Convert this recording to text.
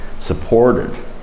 supported